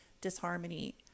disharmony